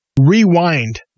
rewind